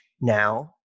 now